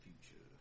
future